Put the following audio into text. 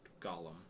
Gollum